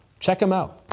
check them out.